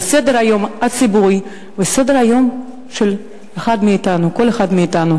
על סדר-היום הציבורי ועל סדר-היום של כל אחד מאתנו.